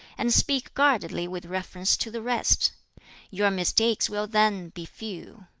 and speak guardedly with reference to the rest your mistakes will then be few.